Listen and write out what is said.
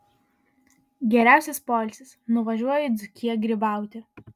geriausias poilsis nuvažiuoju į dzūkiją grybauti